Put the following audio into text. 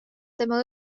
tema